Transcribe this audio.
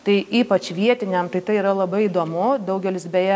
tai ypač vietiniam tai tai yra labai įdomu daugelis beje